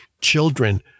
children